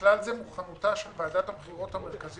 ובכלל זה מוכנותה של ועדת הבחירות המרכזית